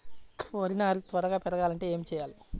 వరి నారు త్వరగా పెరగాలంటే ఏమి చెయ్యాలి?